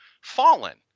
fallen